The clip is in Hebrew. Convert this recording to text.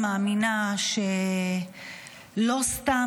אני גם מאמינה שלא סתם,